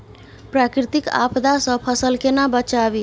प्राकृतिक आपदा सं फसल केना बचावी?